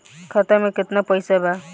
खाता में केतना पइसा बा?